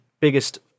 biggest